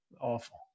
awful